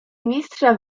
mistrza